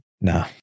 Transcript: no